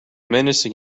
menacing